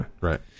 Right